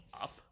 up